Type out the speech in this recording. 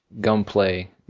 gunplay